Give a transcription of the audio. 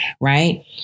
Right